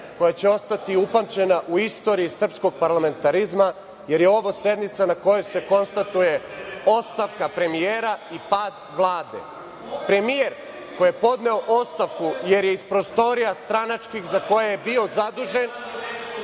koja će ostati upamćena u istoriji srpskog parlamentarizma, jer je ovo sednica na kojoj se konstatuje ostavka premijera i pad Vlade. Premijer koji je podneo ostavku, jer je iz prostorija stranačkih za koje je bio zadužen,